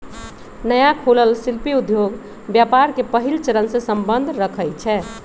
नया खोलल शिल्पि उद्योग व्यापार के पहिल चरणसे सम्बंध रखइ छै